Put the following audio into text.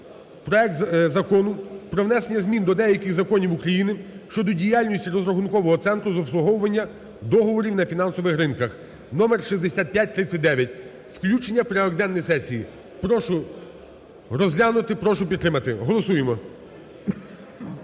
проект Закону про внесення змін до деяких законів України щодо діяльності Розрахункового центру з обслуговування договорів на фінансових ринках (№6539). Включення в порядок денний сесії. Прошу розглянути. Прошу підтримати. Голосуємо.